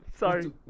sorry